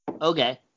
Okay